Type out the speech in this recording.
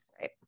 Right